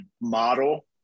model